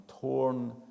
torn